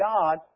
God